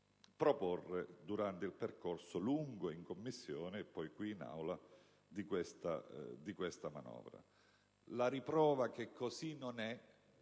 proporre durante il lungo percorso, in Commissione e poi qui in Aula, di questa manovra. La riprova che così non è,